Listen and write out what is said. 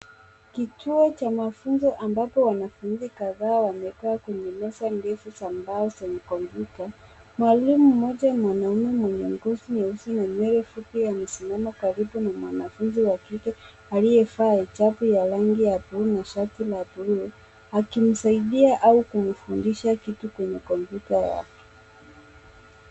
Kituo cha mafunzo ambapo wanafunzi kadhaa wemekaa kwenye meza defu za mbao zenye kompyuta. Mwalimu mmoja mwanaume mwenye ngozi nyeusi na nywele fupi amesimama karibu na mwanafunzi wa kike aliyevaa hijabu ya rangi ya blue na shati la blue akimsaidia au kumfudisha kitu kwenye kompyuta yake.